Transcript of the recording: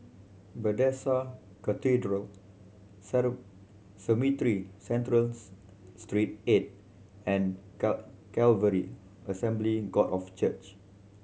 Bethesda Cathedral Cemetry Centrals Street Eight and Calvary Assembly God of Church